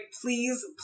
please